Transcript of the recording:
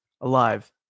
alive